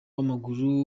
w’amaguru